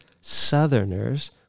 Southerners